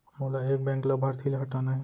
मोला एक बैंक लाभार्थी ल हटाना हे?